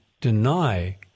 deny